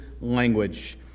language